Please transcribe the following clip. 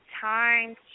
time